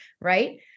right